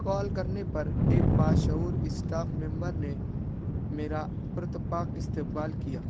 کال کرنے پر ایک باشعور اسٹاف ممبر نے میرا پرتپاک استقبال کیا